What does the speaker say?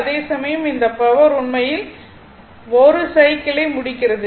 அதேசமயம் இந்த பவர் உண்மையில் 1 சைக்கிளை முடிக்கிறது